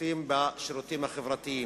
וקיצוצים בשירותים החברתיים.